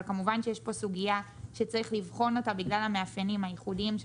אבל כמובן שיש פה סוגייה שצריך לבחון בגלל המאפיינים הייחודיים של